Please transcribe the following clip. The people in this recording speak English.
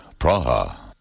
Praha